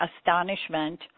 astonishment